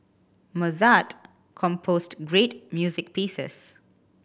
Mozart composed great music pieces